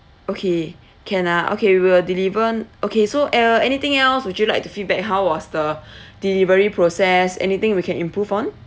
okay can ah okay we will deliver n~ okay so uh anything else would you like to feedback how was the delivery process anything we can improve on